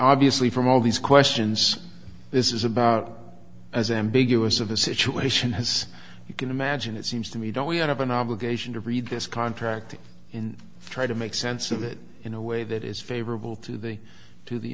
obviously from all these questions this is about as ambiguous of a situation as you can imagine it seems to me don't we have an obligation to read this contract in try to make sense of it in a way that is favorable to the to the